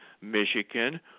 Michigan